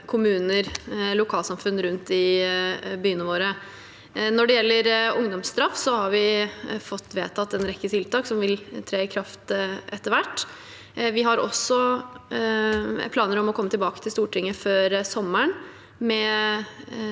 kommuner og lokalsamfunn rundt om i byene våre. Når det gjelder ungdomsstraff, har vi fått vedtatt en rekke tiltak som vil tre i kraft etter hvert. Vi har også planer om å komme tilbake til Stortinget før sommeren med